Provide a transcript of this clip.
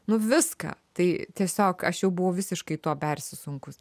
nu viską tai tiesiog aš jau buvau visiškai tuo persisunkus